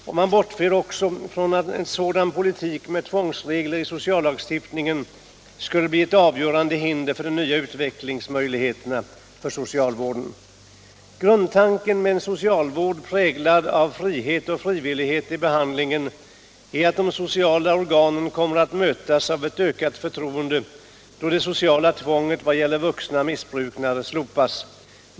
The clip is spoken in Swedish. Och man bortser också från att en sådan politik, med tvångsregler i sociallagstiftningen, skulle bli ett avgörande hinder för de nya utvecklingsmöjligheterna för socialvården. Grundtanken med en socialvård, präglad av frihet och frivillighet i behandlingen, är att de sociala organen kommer att mötas av ett ökat förtroende, då det sociala tvånget vad gäller vuxna missbrukare slopas.